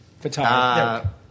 Photography